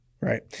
Right